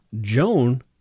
Joan